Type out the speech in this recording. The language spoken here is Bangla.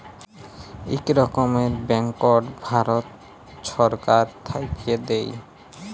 ইক রকমের ব্যাংকট ভারত ছরকার থ্যাইকে দেয়